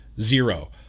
zero